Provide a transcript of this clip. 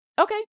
Okay